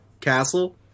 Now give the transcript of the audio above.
castle